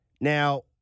Now